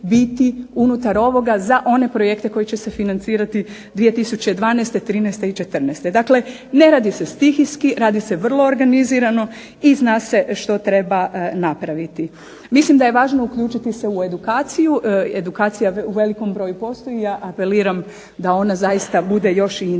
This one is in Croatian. biti unutar ovoga za one projekte koji će se financirati 2012., 2013. i 2014. Dakle, ne radi se stihijski, radi se vrlo organizirano i zna se što treba napraviti. Mislim da je važno uključiti se u edukaciju. Edukacija u velikom broju i postoji i ja apeliram da ona zaista bude još i intenzivnija.